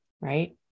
right